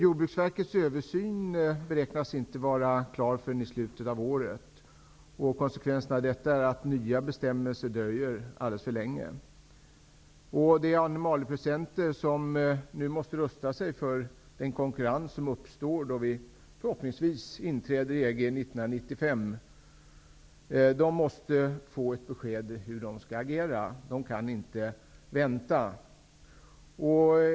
Jordbruksverkets översyn beräknas inte vara klar förrän i slutet av året. Konsekvensen av detta är att nya bestämmelser dröjer alldeles för länge. De animalieproducenter som nu måste rusta sig för den konkurrens som uppstår då vi förhoppningsvis inträder i EG 1995 måste få ett besked om hur de skall agera. De kan inte vänta.